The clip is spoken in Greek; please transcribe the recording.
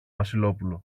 βασιλόπουλο